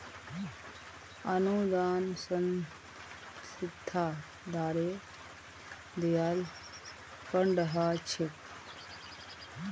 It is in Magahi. अनुदान संस्था द्वारे दियाल फण्ड ह छेक